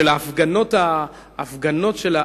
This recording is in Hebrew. של הפגנות ה"אנרכיסטים",